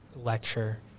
lecture